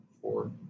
four